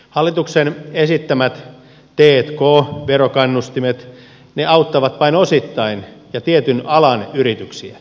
hallituksen esittämät t k verokannustimet auttavat vain osittain ja tietyn alan yrityksiä